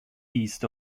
east